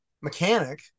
mechanic